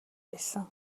байсан